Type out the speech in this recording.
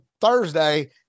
Thursday